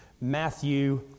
Matthew